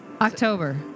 October